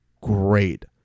great